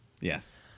Yes